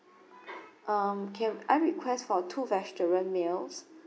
um can I request for two vegetarian meals